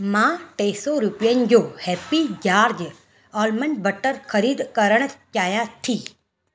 मां टे सौ रुपयनि जो हैप्पी जार्ज आलमंड बटर ख़रीद करणु चाहियां थी